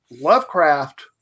Lovecraft